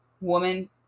woman